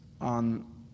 on